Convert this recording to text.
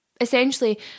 essentially